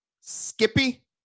Skippy